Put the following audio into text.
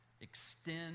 extend